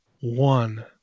one